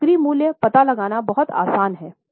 तो बिक्री मूल्य पता लगाना बहुत आसान है